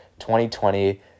2020